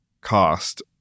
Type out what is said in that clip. cost